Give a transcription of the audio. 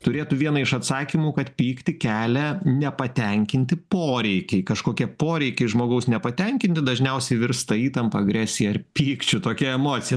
turėtų vieną iš atsakymų kad pyktį kelia nepatenkinti poreikiai kažkokie poreikiai žmogaus nepatenkinti dažniausiai virsta įtampa agresija ir pykčiu tokia emocija